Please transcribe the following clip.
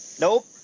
nope